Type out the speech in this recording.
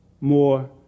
more